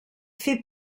fait